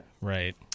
Right